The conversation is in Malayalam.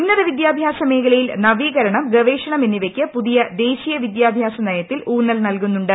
ഉന്നത വിദ്യാഭ്യാസ മേഖലയിൽ നവീകരണം ഗവേഷണം എന്നിവയ്ക്ക് പുതിയ ദേശീയ വിദ്യാഭ്യാസ നയത്തിൽ ഊന്നൽ നൽകുന്നുണ്ട്